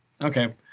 okay